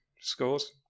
scores